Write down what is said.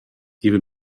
even